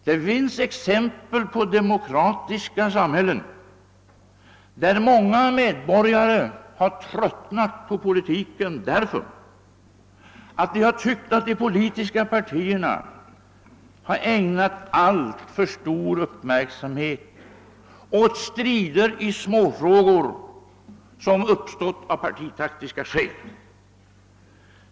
Det finns exempel på demokratiska samhällen där många medborgare har tröttnat på politiken därför att de tyckt att de politiska partierna har ägnat alltför stor uppmärksamhet åt strider i småfrågor, som uppstått av partitaktiska skäl.